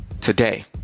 today